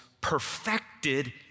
perfected